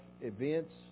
events